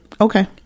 okay